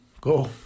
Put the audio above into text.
go